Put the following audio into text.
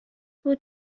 بود